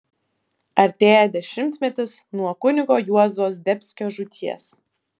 artėja dešimtmetis nuo kunigo juozo zdebskio žūties